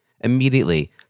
Immediately